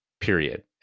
period